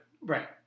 Right